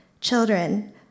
Children